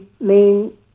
main